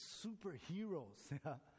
superheroes